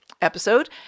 episode